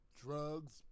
Drugs